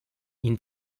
ihn